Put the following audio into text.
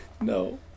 No